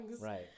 Right